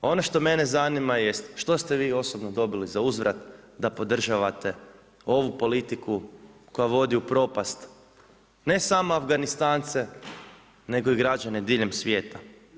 Ono što mene zanima jest, što ste vi osobno dobili zauzvrat da podržavate ovu politiku koja vodi u propast ne samo Afganistance nego i građane diljem svijeta?